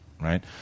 right